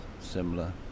similar